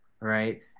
right